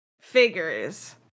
Figures